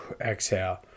exhale